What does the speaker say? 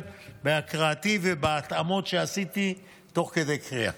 בהקראתי ובהתאמות שעשיתי תוך כדי קריאה.